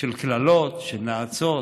של קללות, של נאצות?